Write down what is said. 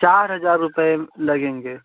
चार हज़ार रुपये लगेंगे